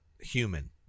human